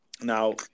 Now